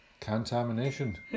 contamination